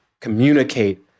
communicate